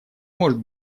может